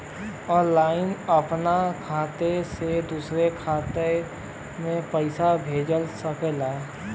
online आपन खाते से दूसर के खाते मे पइसा भेज सकेला